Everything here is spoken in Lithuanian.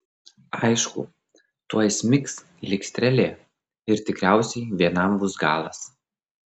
aišku tuoj smigs lyg strėlė ir tikriausiai vienam bus galas